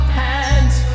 hands